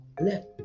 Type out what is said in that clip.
left